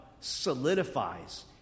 solidifies